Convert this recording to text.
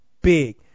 big